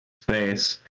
space